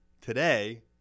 today